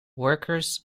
workers